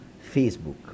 Facebook